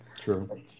True